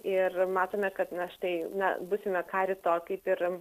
ir matome kad na štai na būsime karito kaip ir